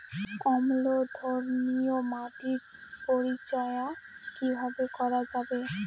অম্লধর্মীয় মাটির পরিচর্যা কিভাবে করা যাবে?